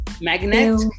Magnet